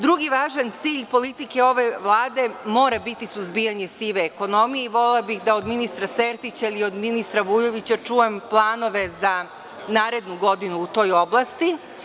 Drugi važan cilj politike ove Vlade mora biti suzbijanje sive ekonomije i volela bih da od ministra Sertića ili ministra Vujovića čujem planove za narednu godinu u toj oblasti.